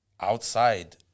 outside